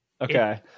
okay